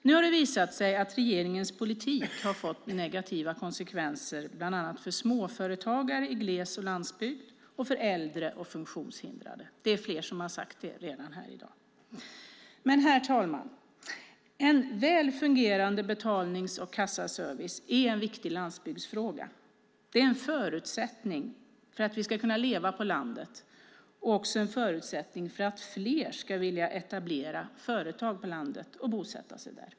Nu har det visat sig att regeringens politik har fått negativa konsekvenser bland annat för småföretagare i gles och landsbygd och för äldre och funktionshindrade. Det är fler som har sagt det här i dag. Men, herr talman, en väl fungerande betalnings och kassaservice är en viktig landsbygdsfråga. Det är en förutsättning för att vi ska kunna leva på landet och också en förutsättning för att fler ska vilja etablera företag på landet och bosätta sig där.